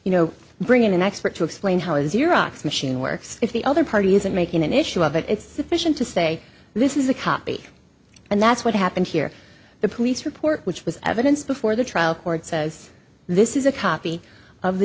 you know bring in an expert to explain how it is iraq's machine works if the other party isn't making an issue of it it's sufficient to say this is a copy and that's what happened here the police report which was evidence before the trial court says this is a copy of the